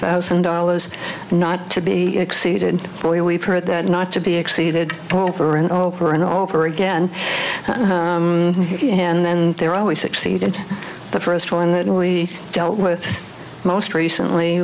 thousand dollars not to be exceeded but we've heard that not to be exceeded over and over and over again and they're always succeeded the first one that we dealt with most recently